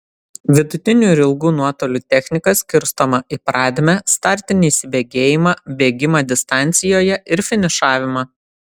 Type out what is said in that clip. vidutinių ir ilgų nuotolių technika skirstoma į pradmę startinį įsibėgėjimą bėgimą distancijoje ir finišavimą